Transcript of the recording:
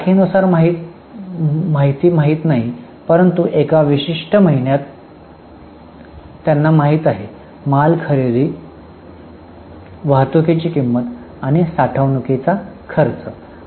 तर तारखेनुसार माहिती माहित नाही परंतु एका विशिष्ट महिन्यात त्यांना माहिती आहे माल खरेदी वाहतुकीची किंमत आणि साठवणुकीचा खर्च